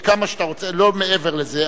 כמה שאתה רוצה, לא מעבר לזה.